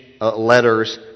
letters